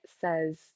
says